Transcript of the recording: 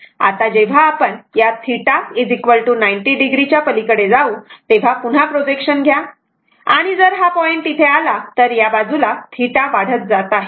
आता जेव्हा आपण या θ 90o पलीकडे जाऊ तेव्हा पुन्हा प्रोजेक्शन घ्या जर हा पॉईंट इथे आला तर या बाजूला θ वाढत जात आहे